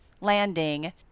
landing